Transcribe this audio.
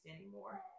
anymore